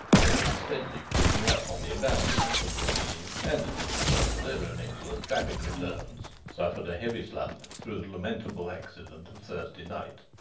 had been steadily creeping up on the abandonment of the scheme, and as a result of their own excellent traffic returns, suffered a heavy slump through the lamentable accident of thursday night.